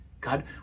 God